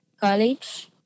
college